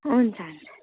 हुन्छ हुन्छ